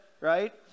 right